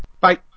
Bye